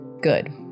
Good